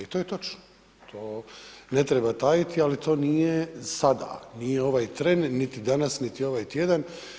I to je točno, to ne treba tajiti, ali to nije sada, nije ovaj tren, niti danas, niti ovaj tjedan.